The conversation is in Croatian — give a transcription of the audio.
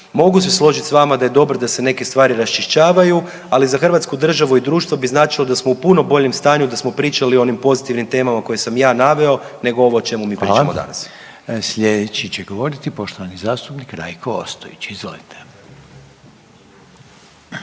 Mogu se složiti s vama da je dobro da se neke stvari raščišćavaju, ali za Hrvatsku državu i društvo bi značilo da smo u puno boljem stanju da smo pričali o onim pozitivnim temama koje sam ja naveo nego ovo o čemu mi pričamo danas. **Reiner, Željko (HDZ)** Hvala. Sljedeći će govoriti poštovani zastupnik Rajko Ostojić. Izvolite.